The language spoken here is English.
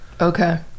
Okay